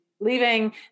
leaving